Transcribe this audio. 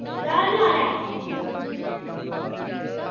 केह् हाल चाल ऐ